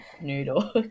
noodle